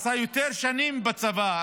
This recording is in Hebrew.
בעלך עשה יותר שנים בצבא,